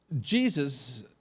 Jesus